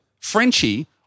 Frenchie